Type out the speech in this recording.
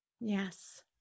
Yes